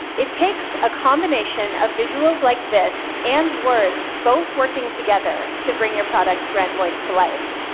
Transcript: it takes a combination of visuals like this and words both working together to bring your product's brand voice to life.